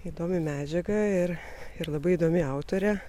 įdomi medžiaga ir ir labai įdomi autorė